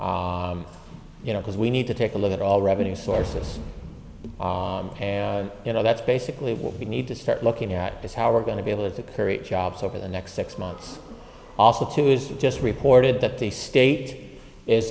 figures you know because we need to take a look at all revenue sources and you know that's basically what we need to start looking at is how we're going to be able to korea jobs over the next six months also to is just reported that the state is